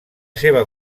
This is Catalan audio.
seva